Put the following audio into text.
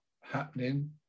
happening